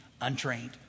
untrained